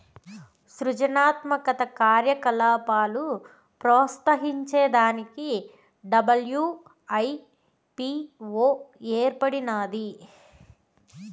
సృజనాత్మక కార్యకలాపాలు ప్రోత్సహించే దానికి డబ్ల్యూ.ఐ.పీ.వో ఏర్పడినాది